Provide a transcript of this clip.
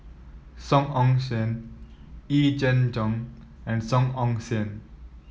Song Ong Siang Yee Jenn Jong and Song Ong Siang